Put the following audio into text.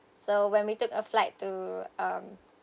so when we took a flight to um